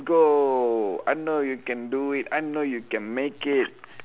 go I know you can do it I know you can make it